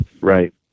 Right